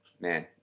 man